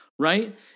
Right